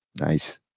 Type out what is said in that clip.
Nice